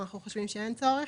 כי אנחנו חושבים שאין בהן צורך.